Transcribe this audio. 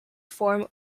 form